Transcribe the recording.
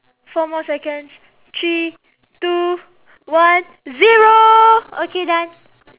four more seconds three two one zero okay done